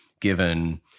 given